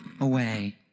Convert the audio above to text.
away